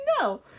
no